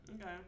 Okay